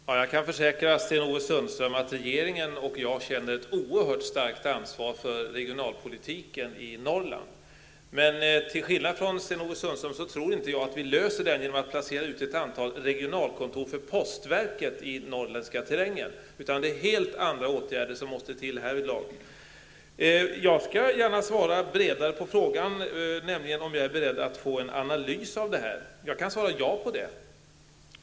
Herr talman! Jag kan försäkra Sten-Ove Sundström att jag och regeringen känner ett oerhört starkt ansvar för regionalpolitiken i Norrland. Men till skillnad från Sten-Ove Sundström tror jag inte att vi förbättrar den genom att placera ut ett antal regionkontor för postverket i den norrländska terrängen. Helt andra åtgärder måste till. Jag skall gärna svara bredare på frågan om vi är beredda att göra en analys av detta. Jag kan svara ja på den frågan.